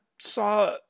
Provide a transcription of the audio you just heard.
saw